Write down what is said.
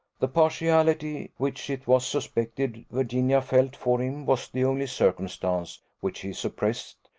the partiality which it was suspected virginia felt for him was the only circumstance which he suppressed,